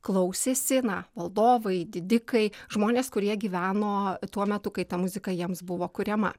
klausėsi na valdovai didikai žmonės kurie gyveno tuo metu kai ta muzika jiems buvo kuriama